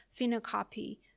phenocopy